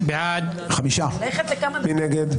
מי נגד?